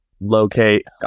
locate